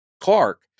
Clark